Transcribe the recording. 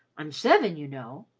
i'm seven, you know.